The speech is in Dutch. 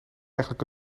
eigenlijk